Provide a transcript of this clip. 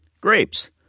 Grapes